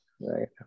Right